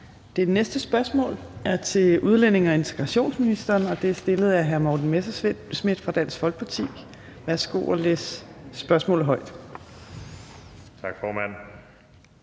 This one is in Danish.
Den næste spørgsmål er til udlændinge- og integrationsministeren, og det er stillet af hr. Morten Messerschmidt fra Dansk Folkeparti. Kl. 14:31 Spm. nr.